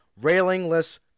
railingless